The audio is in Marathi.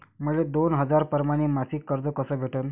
मले दोन हजार परमाने मासिक कर्ज कस भेटन?